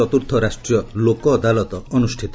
ଚତୁର୍ଥ ରାଷ୍ଟ୍ରୀୟ ଲୋକଅଦାଲତ ଅନୁଷ୍ଟଇତ